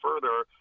further